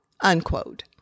unquote